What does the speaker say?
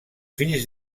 fills